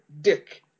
Dick